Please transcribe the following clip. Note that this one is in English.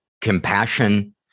compassion